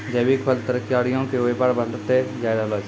जैविक फल, तरकारीयो के व्यापार बढ़तै जाय रहलो छै